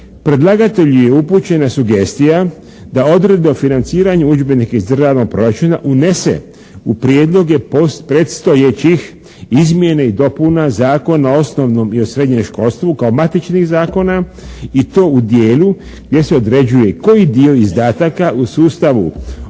Predlagatelju je upućena sugestija da odredbe o financiranju udžbenika iz državnog proračuna unese u prijedloge predstojećih izmjena i dopuna Zakona o osnovnom i srednjem školstvu kao matičnih zakona i to u dijelu gdje se određuje koji dio izdataka u sustavu